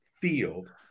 field